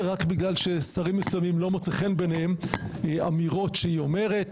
רק בגלל ששרים מסוימים לא מוצא חן בעיניהם אמירות שהיא אומרת,